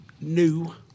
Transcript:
new